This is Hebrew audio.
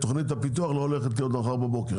תכנית הפיתוח לא הולכת להיות מחר בבוקר,